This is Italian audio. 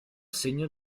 segno